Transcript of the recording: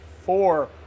four